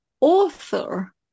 author